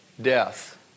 death